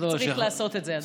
אז צריך לעשות את זה, אדוני.